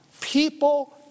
People